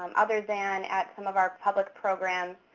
um other than at some of our public programs,